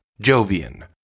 Jovian